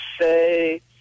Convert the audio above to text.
say